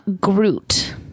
Groot